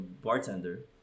bartender